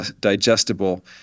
digestible